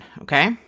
Okay